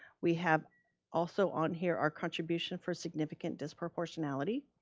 we have also on here our contribution for significant disproportionality,